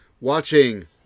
watching